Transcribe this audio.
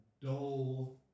dull